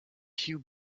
hugh